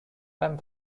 beim